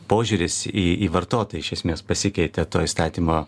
požiūris į į vartotoją iš esmės pasikeitė to įstatymo